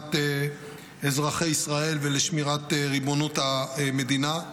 להגנת אזרחי ישראל ולשמירת ריבונות המדינה.